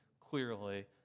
clearly